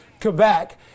Quebec